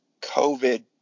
COVID